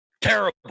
terrible